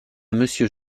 monsieur